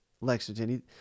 Lexington